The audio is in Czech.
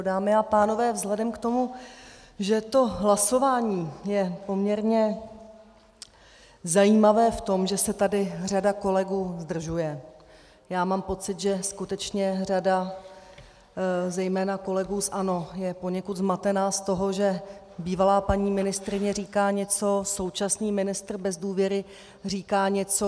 Dámy a pánové, vzhledem k tomu, že to hlasování je poměrně zajímavé v tom, že se tady řada kolegů zdržuje já mám pocit, že skutečně řada zejména kolegů z ANO je poněkud zmatená z toho, že bývalá paní ministryně říká něco, současný ministr bez důvěry říká něco.